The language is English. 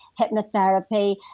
hypnotherapy